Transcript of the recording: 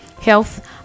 health